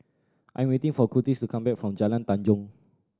I am waiting for Kurtis to come back from Jalan Tanjong